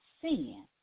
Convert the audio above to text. Sin